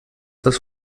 das